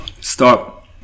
Stop